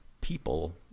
people